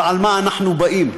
ועל מה אנחנו באים?